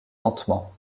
lentement